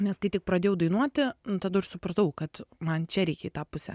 nes kai tik pradėjau dainuoti tada ir supratau kad man čia reik į tą pusę